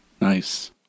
nice